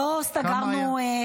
כמה היו?